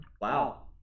Wow